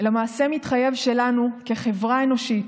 אלא מעשה מתחייב שלנו, כחברה אנושית,